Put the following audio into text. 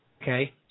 okay